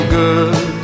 good